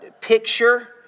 picture